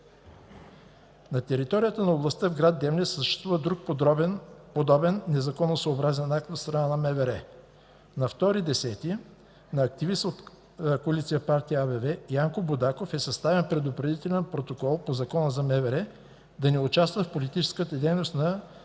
На територията на областта, в град Девня съществува друг подобен незаконосъобразен акт от страна на МВР. На 2.10.2014 г. на активист от Коалиция от партии АБВ Янко Будаков е съставен предупредителен протокол по Закона за МВР да не участва в политическата дейност на